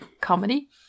comedy